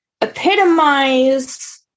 epitomize